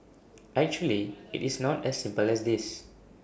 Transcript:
actually IT is not as simple as this